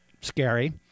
scary